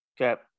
Okay